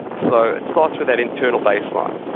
so, it starts with that internal baseline.